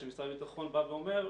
שמשרד הביטחון בא ואומר,